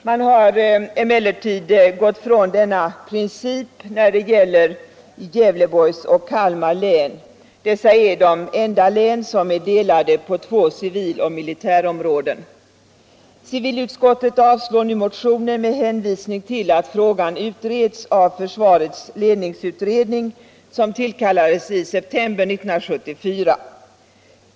Man har emellertid gått ifrån denna princip när det gäller Gävleborgs och Kalmar län; dessa är de enda län som är delade på två civiloch militärområden. Civilutskottet avstyrker nu motionen med hänvisning till att frågan utreds av försvarsmaktens ledningsutredning, som tillkallades i september 1974.